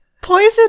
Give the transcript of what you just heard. poison